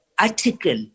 article